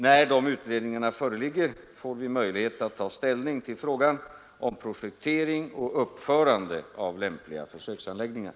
När dessa utredningar föreligger får vi möjlighet att ta ställning till frågan om projektering och uppförande av lämpliga försöksanläggningar.